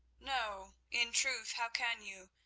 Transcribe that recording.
no, in truth, how can you,